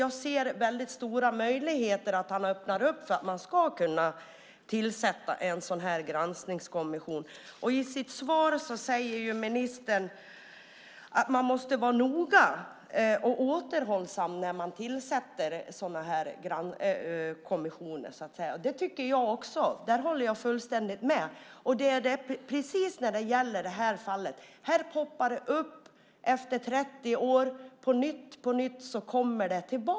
Jag ser väldigt stora möjligheter för att han öppnar för att man ska kunna tillsätta en sådan här granskningskommission. I sitt svar säger ministern att man måste vara noga och återhållsam när man tillsätter sådana här kommissioner. Det tycker jag också. Där håller jag fullständigt med henne. Efter 30 år poppar detta fall upp igen.